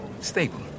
Stable